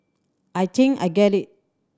I think I get it